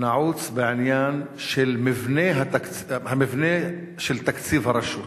נעוץ במבנה של תקציב הרשות?